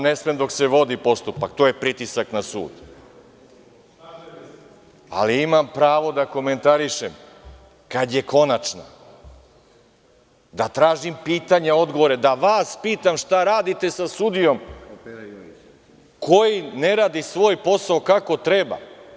Ne sme dok se vodi postupak, to je pritisak na sud, ali imam pravo da komentarišem kada je konačna, da tražim pitanja, odgovore, da vas pitam šta radite sa sudijom koji ne radi svoj posao kako treba.